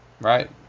right